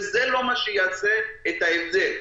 וזה לא מה שיעשה את ההבדל.